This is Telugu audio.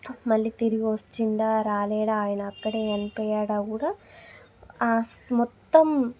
మళ్ళీ తిరిగి వచ్చిండా రాలేడా ఆయన అక్కడే చనిపోయాడా కూడా హాస్ మొత్తం